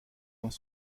dans